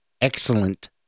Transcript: excellent